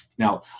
Now